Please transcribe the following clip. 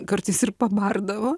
kartais ir pabardavo